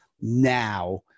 now